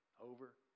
Over